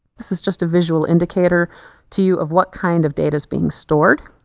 this is just a visual indicator to you of what kind of data is being stored.